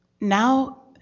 Now